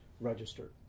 registered